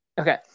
Okay